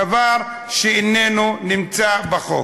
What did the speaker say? דבר שאיננו נמצא בחוק.